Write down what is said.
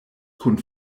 kun